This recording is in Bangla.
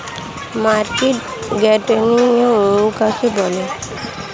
মার্কেট গার্ডেনিং কাকে বলে?